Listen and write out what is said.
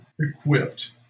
equipped